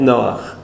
Noach